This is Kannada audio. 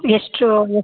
ಎಷ್ಟು ಅದು